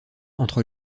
entre